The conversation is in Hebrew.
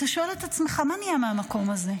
אתה שואל את עצמך, מה נהיה מהמקום הזה?